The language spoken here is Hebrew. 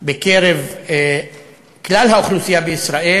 בקרב כלל האוכלוסייה בישראל,